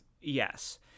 yes